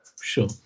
sure